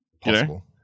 Possible